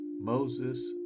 Moses